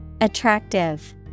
Attractive